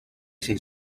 sin